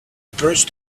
approach